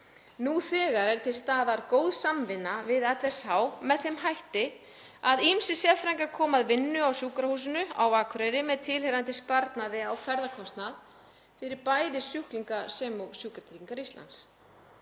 Nú þegar er til staðar góð samvinna við LSH með þeim hætti að ýmsir sérfræðingar koma að vinnu á Sjúkrahúsinu á Akureyri með tilheyrandi sparnaði á ferðakostnaði fyrir bæði sjúklinga sem og Sjúkratryggingar Íslands.